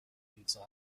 پیتزا